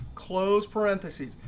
close parentheses.